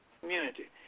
community